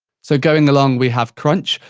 so, going along we have crunch.